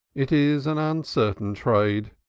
it is an uncertain trade,